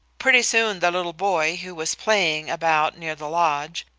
pretty soon the little boy, who was playing about near the lodge,